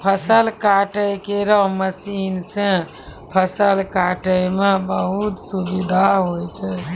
फसल काटै केरो मसीन सँ फसल काटै म बहुत सुबिधा होय छै